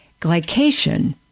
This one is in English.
Glycation